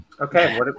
Okay